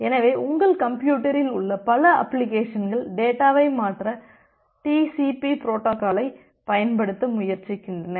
எனவே உங்கள் கம்ப்யூட்டரில் உள்ள பல அப்ளிகேஷன்கள் டேட்டாவை மாற்ற டிசிபி புரோட்டோகாலைப் பயன்படுத்த முயற்சிக்கின்றன